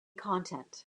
content